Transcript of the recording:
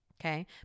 Okay